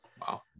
Wow